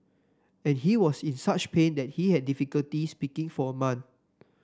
and he was in such pain that he had difficulty speaking for a month